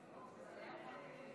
סדר-היום,